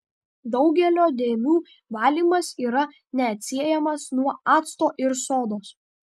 daugelio dėmių valymas yra neatsiejamas nuo acto ir sodos